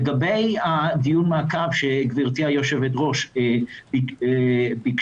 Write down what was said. לגבי דיון המעקב שגברתי היושבת-ראש ביקשה,